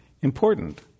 important